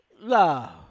love